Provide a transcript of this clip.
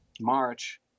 March